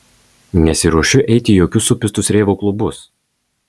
nesiruošiu eiti į jokius supistus reivo klubus